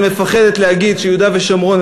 אני חושב שמלימוד היסטוריה פשוט,